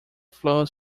flows